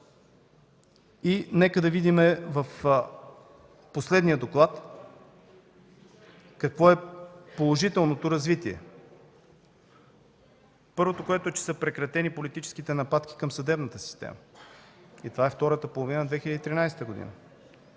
И нека да видим в последния доклад какво е положителното развитие – първото е, че са прекратени политическите нападки към съдебната система, и това е за втората половина на 2013 г.,